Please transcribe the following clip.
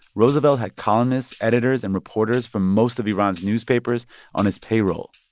roosevelt had columnists, editors and reporters from most of iran's newspapers on his payroll.